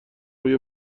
روی